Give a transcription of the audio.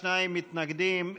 שניים מתנגדים,